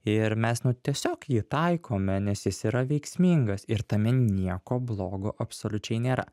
ir mes nu tiesiog jį taikome nes jis yra veiksmingas ir tame nieko blogo absoliučiai nėra